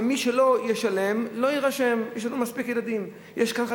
שמי שלא ישלם לא יירשם יש לנו מספיק ילדים.